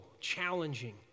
challenging